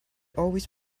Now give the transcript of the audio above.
always